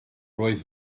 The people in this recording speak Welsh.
roedd